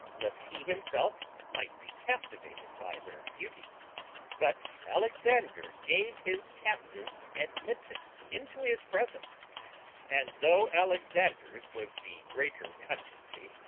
lest he himself might be captivated by their beauty but alexander gave his captives admittance into his presence and though alexanders was the greater continency,